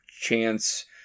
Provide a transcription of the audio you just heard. Chance